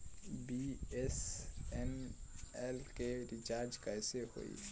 BSNL के recharge कैसे होयी?